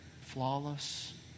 Flawless